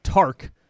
TARK